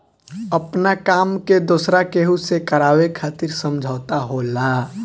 आपना काम के दोसरा केहू से करावे खातिर समझौता होला